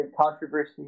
controversy